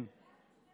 היו לכם